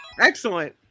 Excellent